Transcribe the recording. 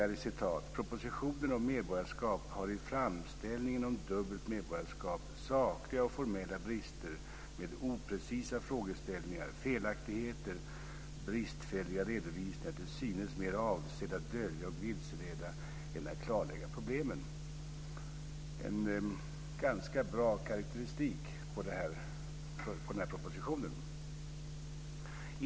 Han säger: "Propositionen om medborgarskap har i framställningen om dubbelt medborgarskap sakliga och formella brister med oprecisa frågeställningar, felaktigheter, bristfälliga redovisningar, till synes mer avsedda att dölja och vilseleda än att klarlägga problemen." Det är en ganska bra karakteristik av denna proposition.